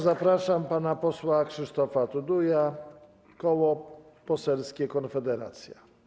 Zapraszam pana posła Krzysztofa Tuduja, Koło Poselskie Konfederacja.